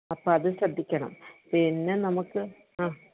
അപ്പം അത് ശ്രദ്ധിക്കണം പിന്നെ നമുക്ക് ആ